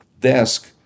desk